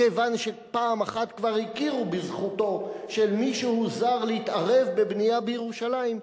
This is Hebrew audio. כיוון שפעם אחת כבר הכירו בזכותו של מישהו זר להתערב בבנייה בירושלים,